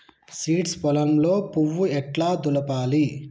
Seeds పొలంలో పువ్వు ఎట్లా దులపాలి?